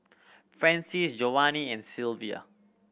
Francies Jovanny and Silvia